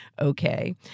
okay